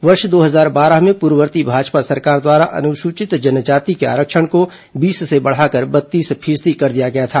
वर्ष दो हजार बारह में पूर्ववर्ती भाजपा सरकार द्वारा अनुसूचित जनजाति के आरक्षण को बीस से बढ़ाकर बत्तीस फीसदी कर दिया गया था